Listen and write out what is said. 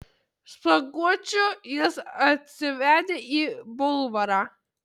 spuoguočių jis atsivedė į bulvarą